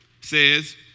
says